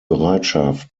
bereitschaft